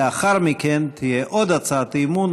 לאחר מכן תהיה עוד הצעת אי-אמון,